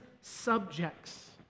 subjects